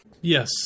Yes